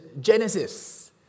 Genesis